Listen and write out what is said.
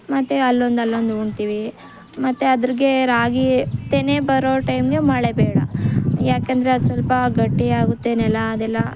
ಮತ್ತೆ ಅಲ್ಲೊಂದು ಅಲ್ಲೊಂದು ಹೂಳ್ತೀವಿ ಮತ್ತೆ ಅದ್ರಾಗೆ ರಾಗಿ ತೆನೆ ಬರೋ ಟೈಮ್ಗೆ ಮಳೆ ಬೇಡ ಏಕೆಂದ್ರೆ ಅದು ಸ್ವಲ್ಪ ಗಟ್ಟಿಯಾಗುತ್ತೆ ನೆಲ ಅದೆಲ್ಲ